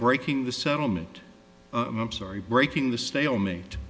breaking the settlement i'm sorry breaking the stalemate